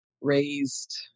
raised